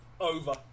Over